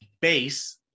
base